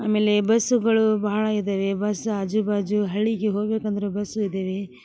ಆಮೇಲೆ ಬಸ್ಸುಗಳು ಬಹಳ ಇದಾವೆ ಬಸ್ಸು ಆಜು ಬಾಜು ಹಳ್ಳಿಗೆ ಹೋಗ್ಬೇಕಂದರೆ ಬಸ್ಸು ಇದಾವೆ